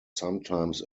sometimes